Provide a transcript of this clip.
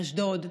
אשדוד,